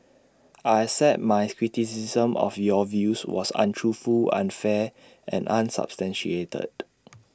I accept that my criticism of your views was untruthful unfair and unsubstantiated